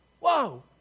whoa